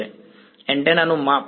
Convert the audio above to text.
વિધાર્થી એન્ટેના નુ માપ